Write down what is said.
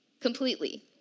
completely